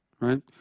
right